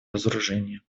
разоружения